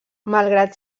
malgrat